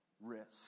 Risk